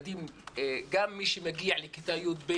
גם מי שמגיע לכיתה י"ב,